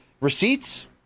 receipts